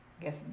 guess